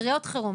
קריאות חירום.